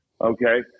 Okay